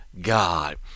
God